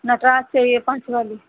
नटराज चाहिए पाँच वाली